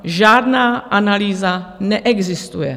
Žádná analýza neexistuje.